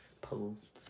puzzles